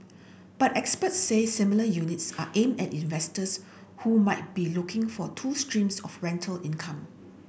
but experts say smaller units are aimed at investors who might be looking for two streams of rental income